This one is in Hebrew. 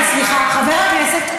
לא עבר שום דבר, זו גיאוגרפיה פשוטה.